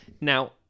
Now